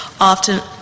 often